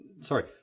sorry